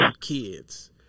kids